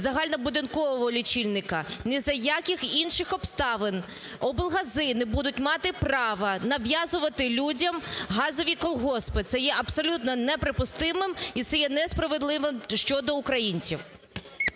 загальнобудинкового лічильника? Ні за яких інших обставин облгази не будуть мати права нав'язувати людям газові колгоспи. Це є абсолютно неприпустимим і це є несправедливим щодо українців.